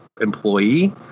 employee